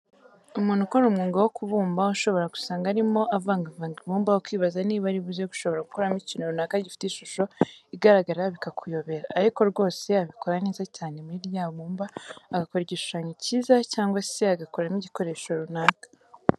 Umuntu ukora umwuga wo kubumba, ushobora gusanga arimo avangavanga ibumba ukibaza niba ari buze gushobora gukoramo ikintu runaka gifite uishusho igaragara bikakuyobera ariko rwose abikora neza cyane muri rya bumba agakora igishushanyo kiza cyangwa se agakoramo igikoresho runaka.